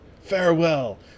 Farewell